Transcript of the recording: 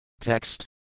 Text